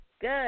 good